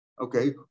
Okay